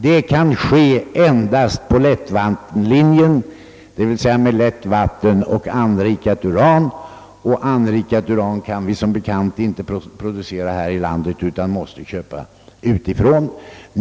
Det kan ske endast på lättvattenlinjen, d.v.s. med lätt vatten och anrikat uran, och anrikat uran kan vi som bekant inte producera här i landet, det måste köpas utifrån.